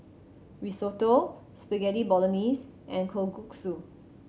Risotto Spaghetti Bolognese and Kalguksu